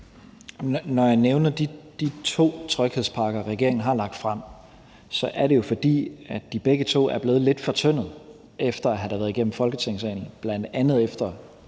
Når jeg nævner de to tryghedspakker, regeringen har lagt frem, så er det jo, fordi de begge to er blevet lidt fortyndet efter at have været igennem Folketingssalen, bl.a. på initiativ